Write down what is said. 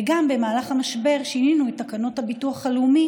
ובמהלך המשבר גם שינינו את תקנות הביטוח הלאומי